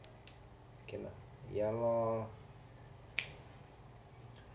I cannot ya lor